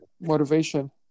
Motivation